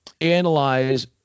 analyze